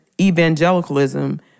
evangelicalism